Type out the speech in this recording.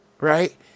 Right